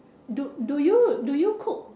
do do you do you cook